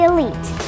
Elite